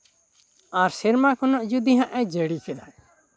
ᱟᱨ ᱥᱮᱨᱢᱟ ᱠᱷᱚᱱᱟᱜ ᱡᱚᱫᱤ ᱦᱟᱜ ᱮ ᱡᱟᱹᱲᱤ ᱠᱮᱫᱟ